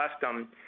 custom